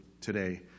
today